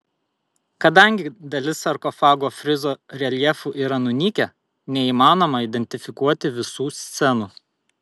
kadangi dalis sarkofago frizo reljefų yra nunykę neįmanoma identifikuoti visų scenų